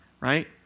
right